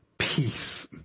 peace